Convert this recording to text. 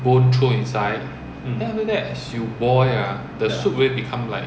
bone throw inside then after that as you boil ah the soup will become like